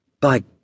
By